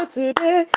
today